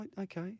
okay